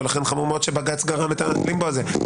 לכן חמור מאוד שבג"ץ גרם את הלימבו הזה.